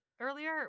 earlier